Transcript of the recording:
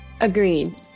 Agreed